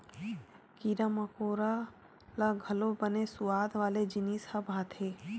कीरा मकोरा ल घलोक बने सुवाद वाला जिनिस ह भाथे